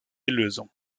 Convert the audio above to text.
lösung